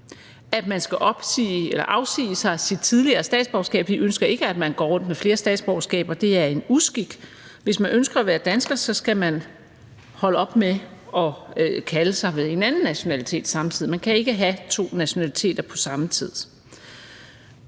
opsige eller afsige sig sit tidligere statsborgerskab. Vi ønsker ikke, at man går rundt med flere statsborgerskaber. Det er en uskik. Hvis man ønsker at være dansker, skal man holde op med at kalde sig ved en anden nationalitet samtidig. Man kan ikke have to nationaliteter på samme tid.